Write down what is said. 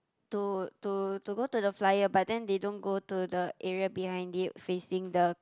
to to to go to the flyer but then they don't go to the area behind it facing the